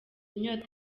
inyota